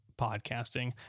podcasting